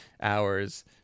hours